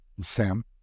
Sam